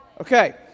Okay